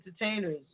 entertainers